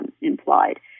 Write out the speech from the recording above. implied